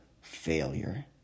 failure